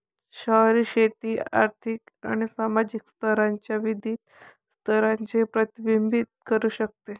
शहरी शेती आर्थिक आणि सामाजिक विकासाच्या विविध स्तरांचे प्रतिबिंबित करू शकते